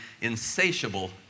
insatiable